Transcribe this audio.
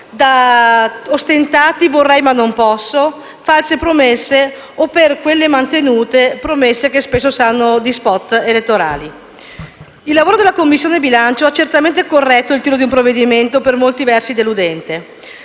da ostentati "vorrei ma non posso", da false promesse o da promesse mantenute che spesso sanno di *spot* elettorale. Il lavoro della Commissione bilancio ha certamente corretto il tiro di un provvedimento per molti versi deludente.